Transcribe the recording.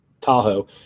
Tahoe